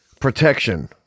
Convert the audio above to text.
protection